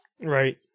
right